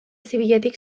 zibiletik